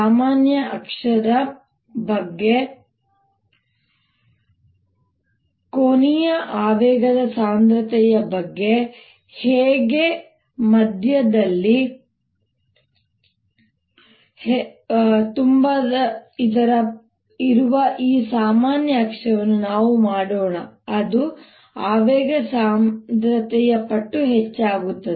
ಸಾಮಾನ್ಯ ಅಕ್ಷದ ಬಗ್ಗೆ ಕೋನೀಯ ಆವೇಗ ಸಾಂದ್ರತೆಯ ಬಗ್ಗೆ ಹೇಗೆ ಮಧ್ಯದಲ್ಲಿ ಇರುವ ಈ ಸಾಮಾನ್ಯ ಅಕ್ಷವನ್ನು ನಾನು ಮಾಡೋಣ ಅದು ಆವೇಗ ಸಾಂದ್ರತೆಯ ಪಟ್ಟು ಹೆಚ್ಚಾಗುತ್ತದೆ